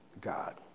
God